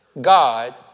God